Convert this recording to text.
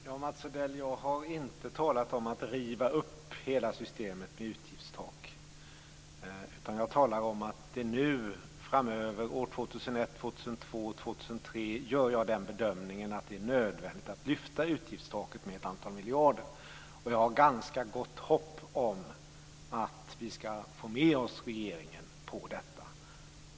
Fru talman! Jag har inte talat om att riva upp hela systemet med utgiftstak. Jag talar om att jag gör bedömningen att det nu framöver - år 2001, år 2002 och år 2003 - är nödvändigt att lyfta utgiftstaket med ett antal miljarder. Jag har ganska gott hopp om att vi ska få med oss regeringen på detta.